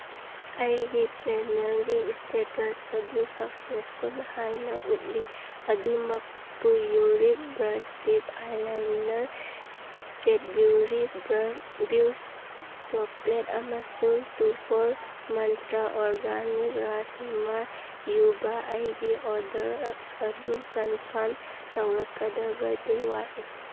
ꯑꯩꯒꯤ ꯄꯦꯃꯦꯟꯒꯤ ꯏꯁꯇꯦꯇꯁ ꯑꯗꯨ ꯁꯛꯁꯦꯁꯐꯨꯜ ꯍꯥꯏꯅ ꯎꯠꯂꯤ ꯑꯗꯨꯃꯛꯄꯨ ꯌꯨꯔꯤꯛ brush tip eyeliner Cadbury brush chocolate ꯑꯃꯁꯨꯡ ꯇꯨ ꯐꯣꯔ ꯃꯟꯇ꯭ꯔ ꯑꯣꯔꯒꯥꯅꯤꯛ ꯔꯥꯁꯃꯥ ꯌꯨꯕ ꯑꯩꯒꯤ ꯑꯣꯔꯗꯔ ꯑꯗꯨ ꯀꯟꯐꯝ ꯇꯧꯔꯛꯀꯗꯕꯗꯤ ꯋꯥꯠꯂꯤ